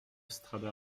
strada